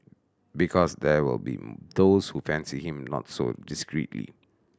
because there will be those who fancy him not so discreetly